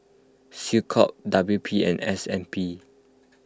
SecCom W P and S N B